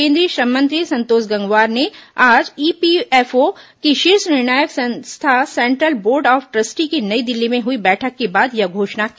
केंद्रीय श्रम मंत्री संतोष गंगवार ने आज ईपीएफओ की शीर्ष निर्णायक संस्था सेन्ट्रल बोर्ड ऑफ ट्रस्टी की नई दिल्ली में हुई बैठक के बाद यह घोषणा की